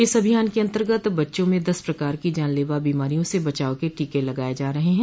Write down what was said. इस अभियान के अन्तर्गत बच्चों में दस प्रकार की जानलेवा बीमारियों से बचाव के टीके लगाये जा रहे हैं